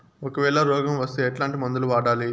ఒకవేల రోగం వస్తే ఎట్లాంటి మందులు వాడాలి?